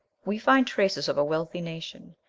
we find traces of a wealthy nation,